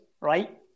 right